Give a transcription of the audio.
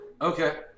Okay